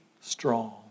strong